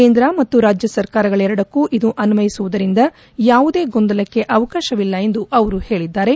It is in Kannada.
ಕೇಂದ್ರ ಮತ್ತು ರಾಜ್ಯ ಸರ್ಕಾರಗಳೆರಡಕ್ಕೂ ಇದು ಅನ್ವಯಿಸುವುದರಿಂದ ಯಾವುದೇ ಗೊಂದಲಕ್ಕೆ ಅವಕಾಶವಿಲ್ಲ ಎಂದು ಅವರು ಹೇಳಿದ್ದಾರೆ